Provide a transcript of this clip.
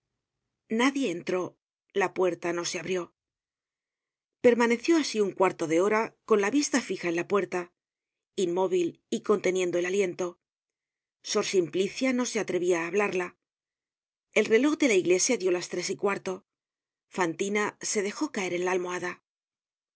nadie entró la puerta no se abrió permaneció asi un cuarto de hora con la vista fija en la puerta inmóvil y conteniendo el atiento sor simplicia no se atrevia á hablarla el reloj de la iglesia dió las tres y cuarto fantina se dejó caer en la almohada